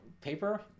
paper